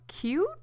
cute